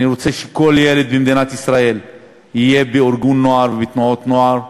אני רוצה שכל ילד במדינת ישראל יהיה בארגון נוער או בתנועת נוער.